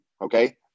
okay